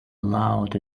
allowed